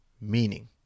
meaning